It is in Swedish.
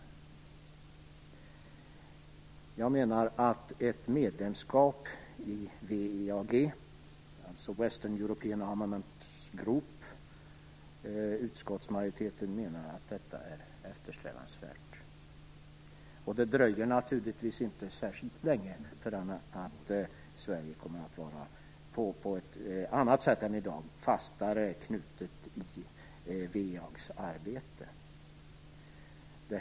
Utskottsmajoriteten menar att ett medlemskap i WEAG - Western European Armament Group - är eftersträvansvärt. Det dröjer naturligtvis inte särskilt länge förrän Sverige kommer att vara fastare knutet till WEAG:s arbete.